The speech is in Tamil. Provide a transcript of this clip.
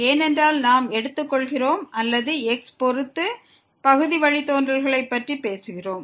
ஏனென்றால் நாம் x பொறுத்து பகுதி வழித்தோன்றல்களைப் பற்றி பேசுகிறோம்